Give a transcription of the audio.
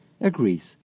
agrees